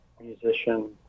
musician